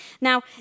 Now